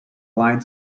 line